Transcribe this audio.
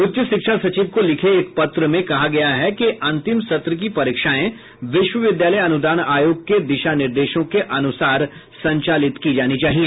उच्च शिक्षा सचिव को लिखे एक पत्र में कहा गया है कि अंतिम सत्र की परीक्षाएं विश्वविद्यालय अनुदान आयोग के दिशा निर्देशों के अनुसार संचालित की जानी चाहिए